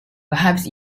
perhaps